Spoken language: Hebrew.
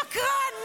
שקרן.